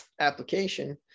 application